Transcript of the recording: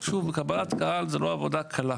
קבלת קהל היא לא עבודה קלה.